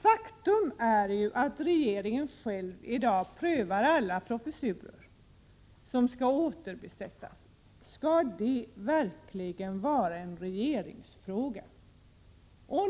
Faktum är att regeringen själv i dag prövar alla professurer som skall återbesättas. Skall detta verkligen vara en fråga för regeringen?